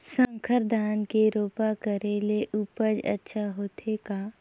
संकर धान के रोपा करे ले उपज अच्छा होथे का?